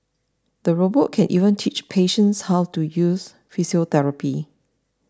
the robot can even teach patients how to use physiotherapy